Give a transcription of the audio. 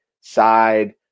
side